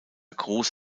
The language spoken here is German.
cruz